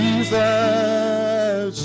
Jesus